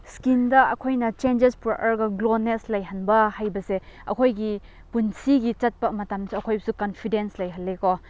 ꯁ꯭ꯀꯤꯟꯗ ꯑꯩꯈꯣꯏꯅ ꯆꯦꯟꯖꯦꯁ ꯄꯨꯔꯛꯂꯒ ꯒ꯭ꯂꯣꯅꯦꯁ ꯂꯩꯍꯟꯕ ꯍꯥꯏꯕꯁꯦ ꯑꯩꯈꯣꯏꯒꯤ ꯄꯨꯟꯁꯤꯒꯤ ꯆꯠꯄ ꯃꯇꯝꯗ ꯑꯩꯈꯣꯏꯁꯨ ꯀꯟꯐꯤꯗꯦꯟꯁ ꯂꯩꯍꯜꯂꯦꯀꯣ